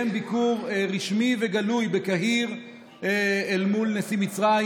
ביקור רשמי וגלוי בקהיר אל מול נשיא מצרים.